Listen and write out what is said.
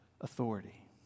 authority